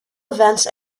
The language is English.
events